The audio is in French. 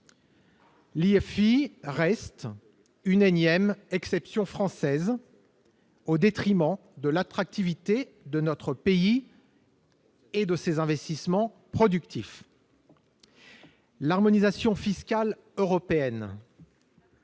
L'IFI reste une énième exception française, au détriment de l'attractivité de notre pays et de ses investissements productifs. L'harmonisation fiscale européenne,